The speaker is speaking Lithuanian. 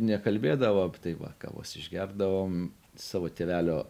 nekalbėdavo tai va kavos išgerdavom savo tėvelio